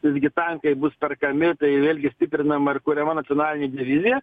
visgi tankai bus perkami tai vėlgi stiprinam ar kuriama nacionalinė divizija